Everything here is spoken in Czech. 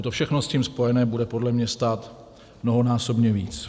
To všechno s tím spojené bude podle mě stát mnohonásobně víc.